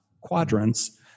quadrants